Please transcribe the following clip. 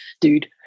dude